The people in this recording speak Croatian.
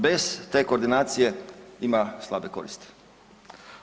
Bez te koordinacije ima slabe koristi.